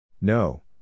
no